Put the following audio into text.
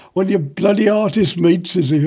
one of your bloody artist mates is here!